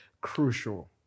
crucial